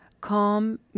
Calm